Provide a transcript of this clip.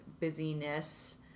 busyness